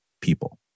people